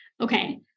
Okay